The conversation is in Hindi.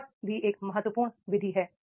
स्वॉट भी एक महत्वपूर्ण विधि है